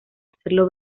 hacerlo